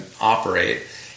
operate